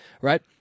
right